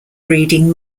breeding